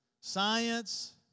science